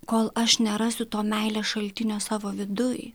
kol aš nerasiu to meilės šaltinio savo viduj